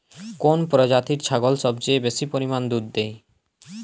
কোন প্রজাতির ছাগল সবচেয়ে বেশি পরিমাণ দুধ দেয়?